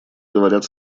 говорят